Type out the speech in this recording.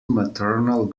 maternal